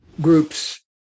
Group's